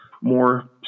more